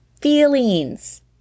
feelings